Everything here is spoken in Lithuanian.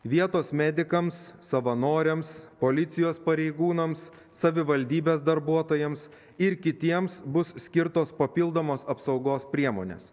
vietos medikams savanoriams policijos pareigūnams savivaldybės darbuotojams ir kitiems bus skirtos papildomos apsaugos priemones